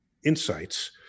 insights